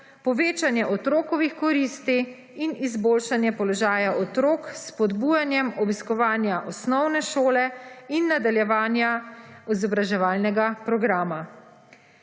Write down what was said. povečanje otrokovih koristi in izboljšanje položaja otrok, s spodbujanjem obiskovanja osnovne šole in nadaljevanja izobraževalnega programa.